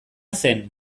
zen